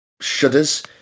shudders